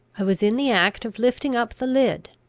i was in the act of lifting up the lid,